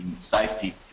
safety